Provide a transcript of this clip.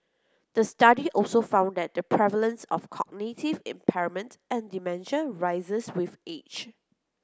the study also found that the prevalence of cognitive impairment and dementia rises with age